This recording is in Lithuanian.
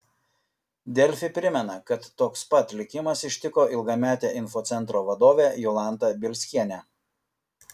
delfi primena kad toks pat likimas ištiko ilgametę infocentro vadovę jolantą bielskienę